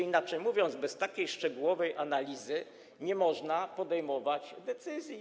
Inaczej mówiąc, bez takiej szczegółowej analizy nie można podejmować decyzji.